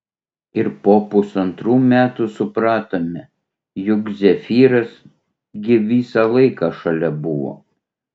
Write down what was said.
ir po pusantrų metų supratome juk zefyras gi visą laiką šalia buvo